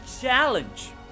challenge